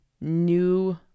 new